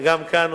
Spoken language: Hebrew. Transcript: וגם כאן,